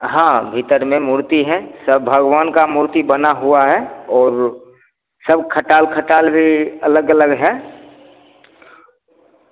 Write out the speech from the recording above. हाँ भीतर में मूर्ति है सब भगवान का मूर्ति बना हुआ है और सब खटाल खटाल भी अलग अलग हैं